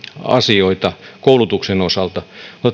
asioita koulutuksen osalta